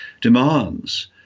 demands